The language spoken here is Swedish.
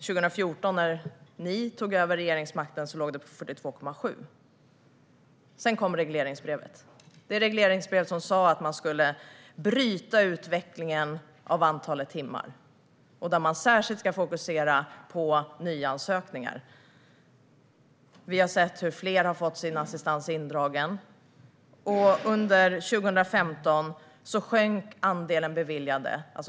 År 2014 när ni tog över regeringsmakten låg det på 42,7. Sedan kom regleringsbrevet. Det var det regleringsbrev som sa att man skulle bryta utvecklingen av antalet timmar och särskilt fokusera på nyansökningar. Vi har sett hur fler har fått sin assistans indragen. Under 2015 sjönk andelen beviljade.